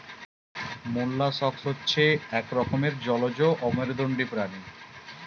molluscs হচ্ছে এক রকমের জলজ অমেরুদন্ডী প্রাণী